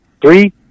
three